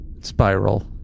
spiral